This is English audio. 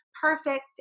perfect